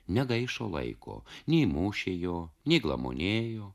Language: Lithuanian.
negaišo laiko nei mušė jo nei glamonėjo